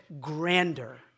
grander